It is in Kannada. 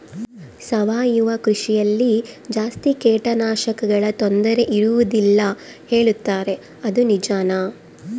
ಸಾವಯವ ಕೃಷಿಯಲ್ಲಿ ಜಾಸ್ತಿ ಕೇಟನಾಶಕಗಳ ತೊಂದರೆ ಇರುವದಿಲ್ಲ ಹೇಳುತ್ತಾರೆ ಅದು ನಿಜಾನಾ?